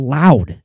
loud